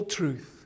truth